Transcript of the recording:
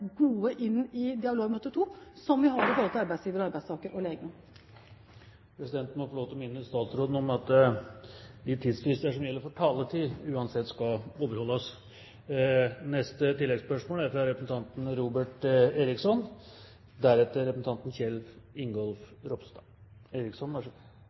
gode inn i dialogmøte 2 , som vi har i forhold til arbeidsgiver, arbeidstaker og lege. Presidenten må få lov til å minne statsråden om at de tidsfrister som gjelder for taletid, uansett skal overholdes.